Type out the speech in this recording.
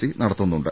C നടത്തുന്നുണ്ട്